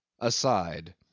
Aside